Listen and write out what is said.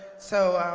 so